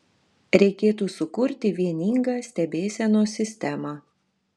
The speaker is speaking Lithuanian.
reikėtų sukurti vieningą stebėsenos sistemą